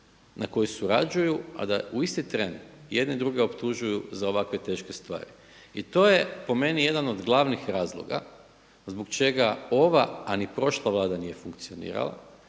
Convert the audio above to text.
na koji surađuju a da u isti tren jedni druge optužuju za ovakve teške stvari? I to je po meni jedan od glavnih razloga zbog čega ova, a ni prošla Vlada nije funkcionirala,